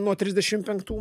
nuo trisdešim penktų